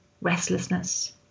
restlessness